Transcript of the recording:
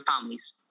families